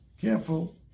careful